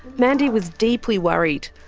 mandy was deeply worried,